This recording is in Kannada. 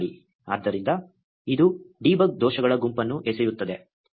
ಆದ್ದರಿಂದ ಇದು ಡೀಬಗ್ ದೋಷಗಳ ಗುಂಪನ್ನು ಎಸೆಯುತ್ತದೆ